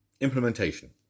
Implementation